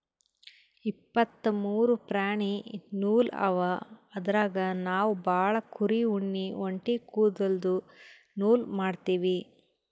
ಇಪ್ಪತ್ತ್ ಮೂರು ಪ್ರಾಣಿ ನೂಲ್ ಅವ ಅದ್ರಾಗ್ ನಾವ್ ಭಾಳ್ ಕುರಿ ಉಣ್ಣಿ ಒಂಟಿ ಕುದಲ್ದು ನೂಲ್ ಮಾಡ್ತೀವಿ